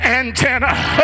antenna